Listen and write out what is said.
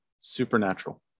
Supernatural